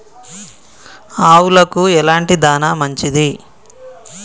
ఆవులకు ఎలాంటి దాణా మంచిది?